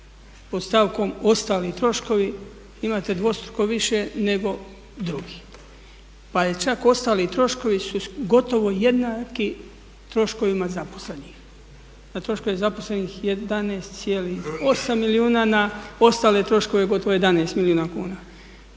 pod stavkom ostali troškovi imate dvostruko više nego drugi. Pa su čak ostali troškovi jednaki troškovima zaposlenih, a troškovi zaposlenih 11,8 milijuna na ostale troškove gotovo 11 milijuna kuna.